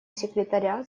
секретаря